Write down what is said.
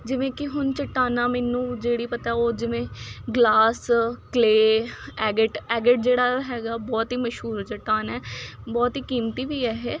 ਜਿਵੇਂ ਕਿ ਹੁਣ ਚੱਟਾਨਾਂ ਮੈਨੂੰ ਜਿਹੜੀ ਪਤਾ ਉਹ ਜਿਵੇਂ ਗਲਾਸ ਕਲੇ ਐਗਿਟ ਐਗਿਟ ਜਿਹੜਾ ਹੈਗਾ ਬਹੁਤ ਹੀ ਮਸ਼ਹੂਰ ਚੱਟਾਨ ਹੈ ਬਹੁਤ ਹੀ ਕੀਮਤੀ ਵੀ ਹੈ ਇਹ